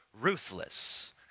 ruthless